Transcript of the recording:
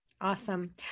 Awesome